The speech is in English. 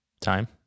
Time